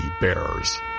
Bearers